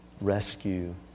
rescue